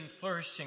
Flourishing